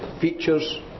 features